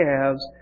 calves